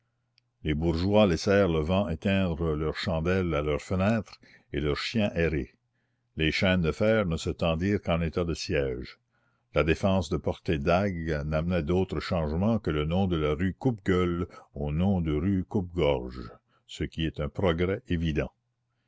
les bourgeois laissèrent le vent éteindre leurs chandelles à leurs fenêtres et leurs chiens errer les chaînes de fer ne se tendirent qu'en état de siège la défense de porter dagues n'amena d'autres changements que le nom de la rue coupe gueule au nom de rue coupe-gorge ce qui est un progrès évident